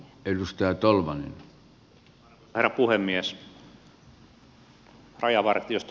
arvoisa herra puhemies